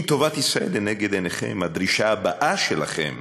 אם טובת ישראל לנגד עיניכם, הדרישה הבאה שלכם